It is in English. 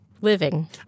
living